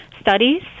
studies